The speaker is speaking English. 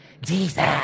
Jesus